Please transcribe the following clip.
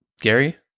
Gary